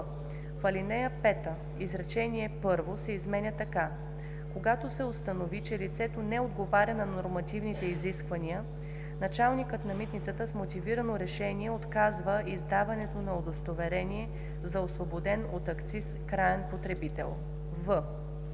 в ал. 5 изречение първо се изменя така: „Когато се установи, че лицето не отговаря на нормативните изисквания, началникът на митницата с мотивирано решение отказва издаването на удостоверение за освободен от акциз краен потребител.“;